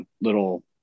little